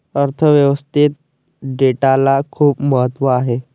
अर्थ व्यवस्थेत डेटाला खूप महत्त्व आहे